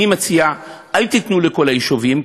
אני מציע: אל תיתנו לכל היישובים,